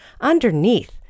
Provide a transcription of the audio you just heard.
underneath